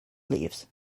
leaves